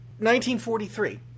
1943